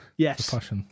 Yes